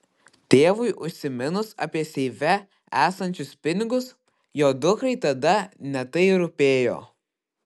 tėvui užsiminus apie seife esančius pinigus jo dukrai tada ne tai rūpėjo